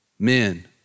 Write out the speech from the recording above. Men